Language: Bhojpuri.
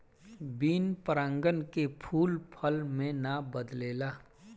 बिन परागन के फूल फल मे ना बदलेला